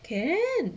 can